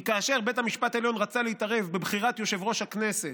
כי כאשר בית המשפט העליון רצה להתערב בבחירת יושב-ראש הכנסת,